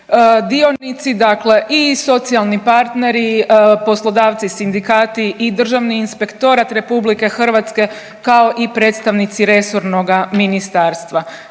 dionici i socijalni partneri, poslodavci, sindikati i Državni inspektorat RH kao i predstavnici resornog ministarstva.